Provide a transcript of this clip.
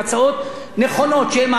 אני מקבל אותן.